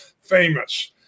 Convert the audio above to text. famous